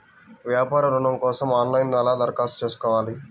వ్యాపార ఋణం కోసం ఆన్లైన్లో ఎలా దరఖాస్తు చేసుకోగలను?